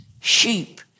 sheep